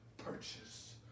purchase